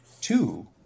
two